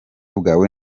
bwawe